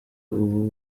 ubu